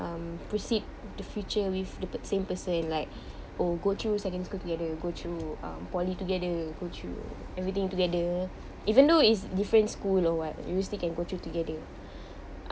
um proceed the future with the same person like oh go through secondary school together go through uh poly together go through everything together even though is different school or what university can go through together